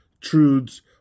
truths